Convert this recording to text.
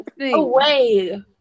Away